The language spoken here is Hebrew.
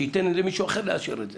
שייתן למישהו אחר לאשר את זה.